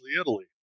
Italy